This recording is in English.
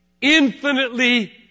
infinitely